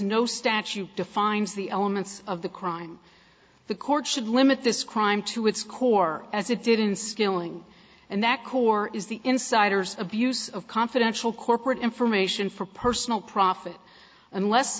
no statute defines the elements of the crime the court should limit this crime to its core as it did in skilling and that core is the insiders abuse of confidential corporate information for personal profit unless